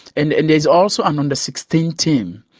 and and there's also an under sixteen team,